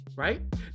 right